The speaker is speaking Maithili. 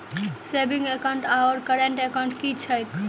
सेविंग एकाउन्ट आओर करेन्ट एकाउन्ट की छैक?